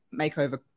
makeover